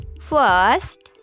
First